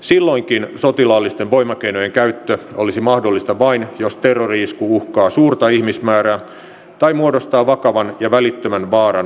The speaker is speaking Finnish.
silloinkin sotilaallisten voimakeinojen käyttö olisi mahdollista vain jos terrori isku uhkaa suurta ihmismäärää tai muodostaa vakavan ja välittömän vaaran valtakunnan turvallisuudelle